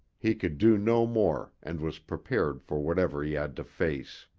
he could do no more and was prepared for whatever he had to face.